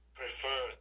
prefer